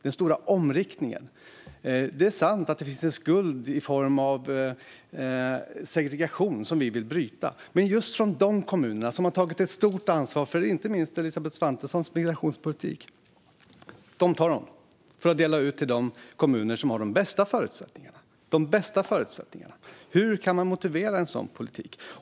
Det är sant att det finns en skuld i form av segregation som vi vill bryta. Men det är från just de kommuner som har tagit ett stort ansvar för inte minst Elisabeth Svantessons migrationspolitik som man tar, och sedan delar man ut till de kommuner som har de bästa förutsättningarna. Hur kan man motivera en sådan politik?